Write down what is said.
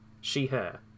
she/her